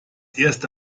erste